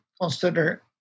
consider